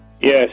Yes